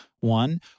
One